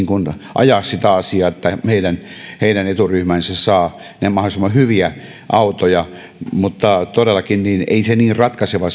ajaa sitä asiaa että heidän eturyhmänsä saa mahdollisimman hyviä autoja mutta todellakaan ei se ero niin ratkaiseva